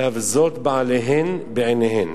להבזות בעליהן בעיניהן.